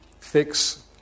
fix